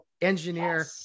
engineer